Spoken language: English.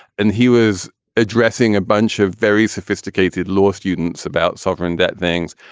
and he was addressing a bunch of very sophisticated law students about sovereign debt things.